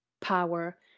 power